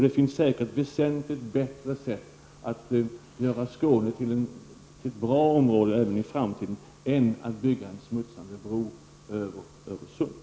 Det finns säkerligen väsentligt bättre sätt att göra Skåne till ett bra område även i framtiden än att bygga en smutsande bro över Öresund.